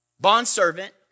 bondservant